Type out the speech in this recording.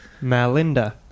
malinda